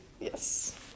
Yes